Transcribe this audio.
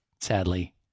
sadly